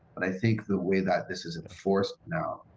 but i think the way that this isn't forced now,